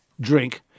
drink